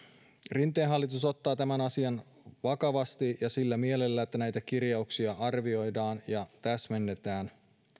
rinteen hallitus ottaa tämän asian vakavasti ja sillä mielellä että näitä kirjauksia arvioidaan ja täsmennetään